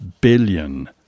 billion